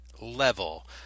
level